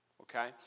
Okay